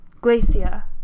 Glacia